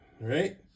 right